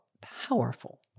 powerful